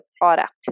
product